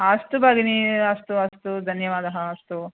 अस्तु भगिनी अस्तु अस्तु धन्यवादः अस्तु